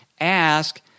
ask